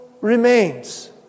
remains